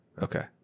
okay